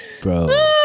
Bro